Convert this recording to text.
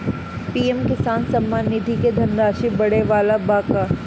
PM Kisan Samman Nidhi क धनराशि बढ़े वाला बा का?